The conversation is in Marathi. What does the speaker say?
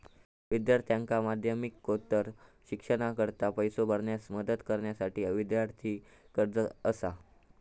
विद्यार्थ्यांका माध्यमिकोत्तर शिक्षणाकरता पैसो भरण्यास मदत करण्यासाठी विद्यार्थी कर्जा असा